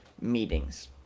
meetings